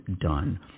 done